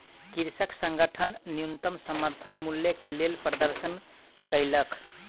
कृषक संगठन न्यूनतम समर्थन मूल्य के लेल प्रदर्शन केलक